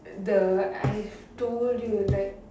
the I told you that